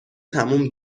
تموم